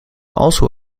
also